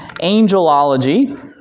angelology